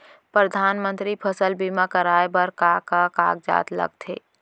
परधानमंतरी फसल बीमा कराये बर का का कागजात लगथे?